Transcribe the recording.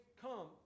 come